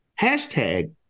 Hashtag